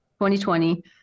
2020